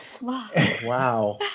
Wow